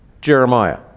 Jeremiah